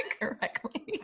correctly